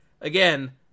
again